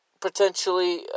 potentially